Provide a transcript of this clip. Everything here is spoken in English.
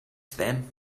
them